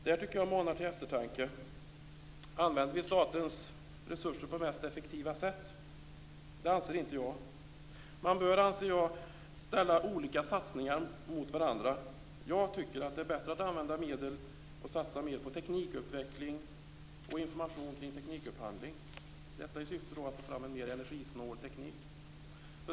Det här manar till eftertanke. Använder vi statens resurser på mest effektiva sätt? Det anser inte jag att vi gör. Man bör ställa olika satsningar mot varandra. Jag tycker att det är bättre att använda medel till att satsa mer på teknikutveckling och information kring teknikupphandling i syfte att få fram en mer energisnål teknik.